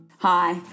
Hi